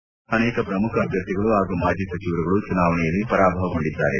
ಈ ಪಕ್ಷಗಳ ಅನೇಕ ಪ್ರಮುಖ ಅಭ್ಯರ್ಥಿಗಳು ಹಾಗೂ ಮಾಜಿ ಸಚಿವರುಗಳು ಚುನಾವಣೆಯಲ್ಲಿ ಪರಾಭವಗೊಂಡಿದ್ದಾರೆ